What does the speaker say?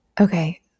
Okay